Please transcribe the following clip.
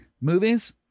Movies